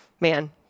Man